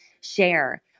share